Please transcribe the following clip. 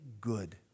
good